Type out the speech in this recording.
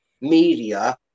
media